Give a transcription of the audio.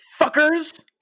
fuckers